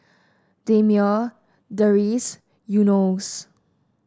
Damia Deris Yunos